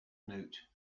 note